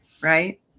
right